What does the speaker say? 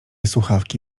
słuchawki